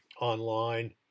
online